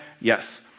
Yes